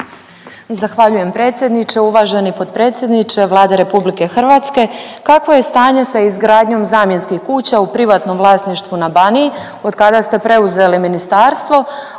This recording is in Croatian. Zahvaljujem predsjedniče. Uvaženi potpredsjedniče Vlade RH, kakvo je stanje sa izgradnjom zamjenskih kuća u privatnom vlasništvu na Baniji od kada ste preuzeli ministarstvo,